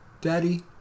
Daddy